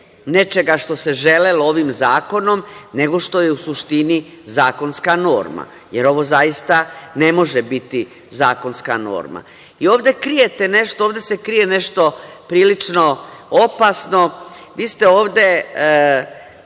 nečega što se želelo ovim zakonom, nego što je u suštini zakonska norma, jer ovo zaista ne može biti zakonska norma.I ovde krijete nešto, ovde se krije nešto prilično opasno. Vi ste ovde